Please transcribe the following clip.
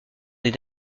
des